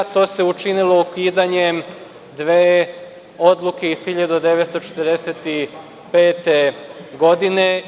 To se učinilo ukidanjem dve odluke iz 1945. godine.